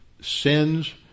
sins